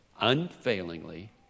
unfailingly